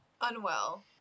Unwell